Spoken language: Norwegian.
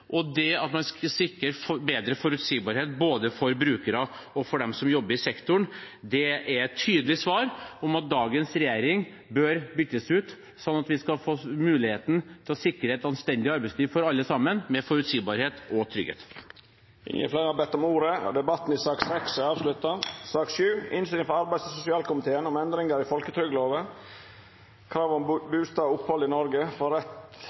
og sikre bedre forutsigbarhet, både for brukerne og for dem som jobber i sektoren. Det er et tydelig svar om at dagens regjering bør byttes ut, sånn at vi kan få muligheten til å sikre et anstendig arbeidsliv for alle, med forutsigbarhet og trygghet. Fleire har ikkje bedt om ordet til sak nr. 6. Etter ynske frå arbeids- og sosialkomiteen vil presidenten ordna debatten slik: Taletida vert avgrensa til 5 minutt til kvar partigruppe og